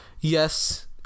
yes